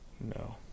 No